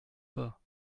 pas